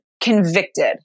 convicted